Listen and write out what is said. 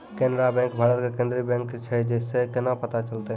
Canara bank Bharat के केन्द्रीय bank छै से केना पता चलतै?